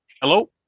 Hello